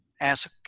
ask